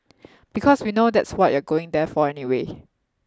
because we know that's what you're going there for anyway